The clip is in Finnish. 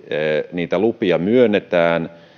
niitä lupia myönnetään